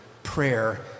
prayer